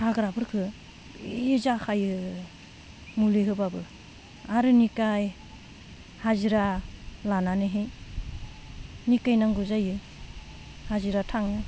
हाग्राफोरखो जि जाखायो मुलि होब्लाबो आरो निकाय हाजिरा लानानैहै निकायनांगौ जायो हाजिरा थाङो